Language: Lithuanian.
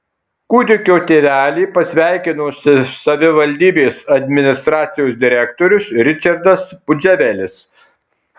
kūdikio tėvelį pasveikino savivaldybės administracijos direktorius ričardas pudževelis